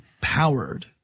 powered